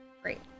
Great